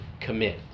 commit